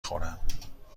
خورم